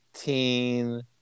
Teen